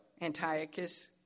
Antiochus